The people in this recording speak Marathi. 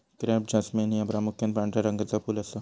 क्रॅप जास्मिन ह्या प्रामुख्यान पांढऱ्या रंगाचा फुल असा